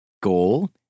Goal